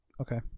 Okay